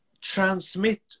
transmit